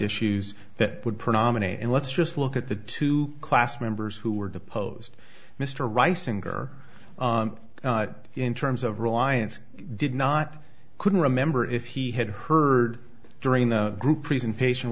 issues that would predominate and let's just look at the two class members who were deposed mr rice in grammar in terms of reliance did not couldn't remember if he had heard during the group presentation